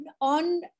on